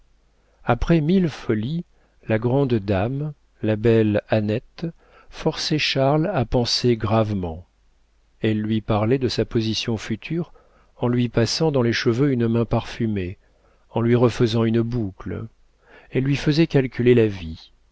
après mille folies la grande dame la belle annette forçait charles à penser gravement elle lui parlait de sa position future en lui passant dans les cheveux une main parfumée en lui refaisant une boucle elle lui faisait calculer la vie